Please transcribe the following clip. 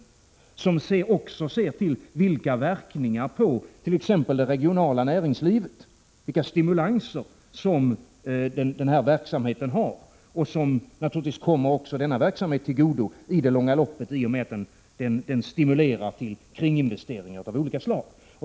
Den externt orienterade bedömningen ser t.ex. till vilka verkningar verksamheten har på det regionala näringslivet och vilka stimulanser den medför — det kommer verksamheten till godo i det långa loppet eftersom det stimulerar till kringinvesteringar av olika slag.